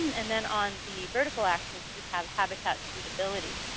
and then on the vertical axis, we have habitat suitability.